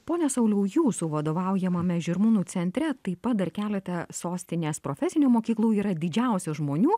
pone sauliau jūsų vadovaujamame žirmūnų centre taip pat dar kelete sostinės profesinių mokyklų yra didžiausias žmonių